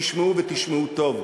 תשמעו, ותשמעו טוב.